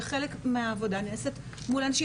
וחלק מהעבודה נעשית מול הנשים.